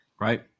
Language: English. Right